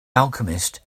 alchemist